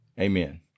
Amen